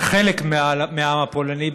חלק מהעם הפולני,